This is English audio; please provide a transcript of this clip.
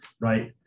right